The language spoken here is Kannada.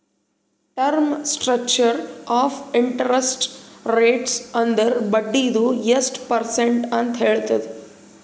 term structure of interest rates ಅಂದುರ್ ಬಡ್ಡಿದು ಎಸ್ಟ್ ಪರ್ಸೆಂಟ್ ಅಂತ್ ಹೇಳ್ತುದ್